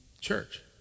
church